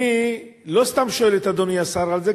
אני לא סתם שואל את אדוני השר על זה,